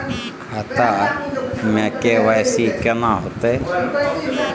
खाता में के.वाई.सी केना होतै?